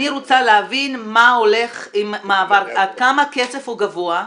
אני רוצה להבין מה הולך עם המעבר, כמה הכסף גבוה,